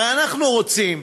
הרי אנחנו רוצים,